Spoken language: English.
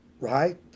right